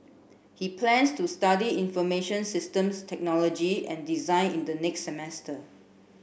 he plans to study information systems technology and design in the next semester